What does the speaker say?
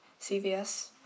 CVS